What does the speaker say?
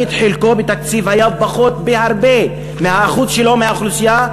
תמיד חלקו בתקציב היה פחות בהרבה מהאחוז שלו מהאוכלוסייה,